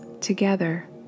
together